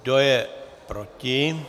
Kdo je proti?